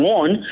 one